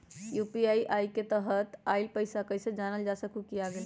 UPI के तहत आइल पैसा कईसे जानल जा सकहु की आ गेल?